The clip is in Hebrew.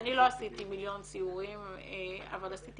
אני לא עשיתי מיליון סיורים אבל עשיתי